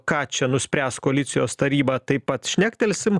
ką čia nuspręs koalicijos taryba taip pat šnektelsim